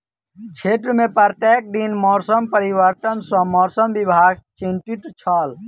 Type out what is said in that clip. क्षेत्र में प्रत्येक दिन मौसम परिवर्तन सॅ मौसम विभाग चिंतित छल